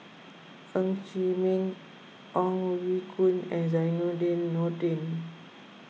Ng Chee Meng Ong Ye Kung and Zainudin Nordin